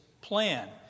plan